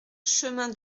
chemin